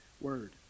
word